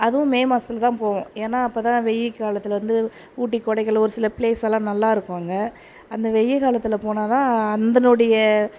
அதுவும் மே மாதத்துலதான் போவோம் ஏன்னால் அப்போதான் வெயில் காலத்தில் வந்து ஊட்டி கொடைக்கானல் ஒரு சில பிளேஸ் எல்லாம் நல்லா இருக்கும் அங்கே அந்த வெயில் காலத்தில் போனால் தான் அதனுடைய